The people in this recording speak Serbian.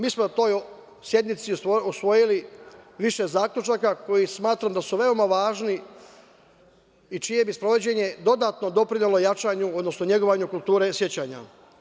Mi smo na toj sednici usvojili više zaključaka koji smatram da su veoma važni i čije bi sprovođenje dodatno doprinelo jačanju, odnosno negovanju kulture sećanja.